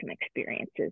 experiences